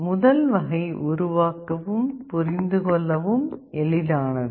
முதல் வகை உருவாக்கவும் புரிந்து கொள்ளவும் எளிதானது